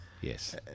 Yes